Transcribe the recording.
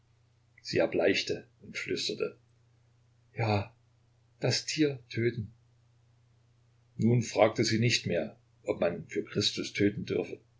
sie erbleichte und flüsterte ja das tier töten nun fragte sie nicht mehr ob man für christus töten dürfe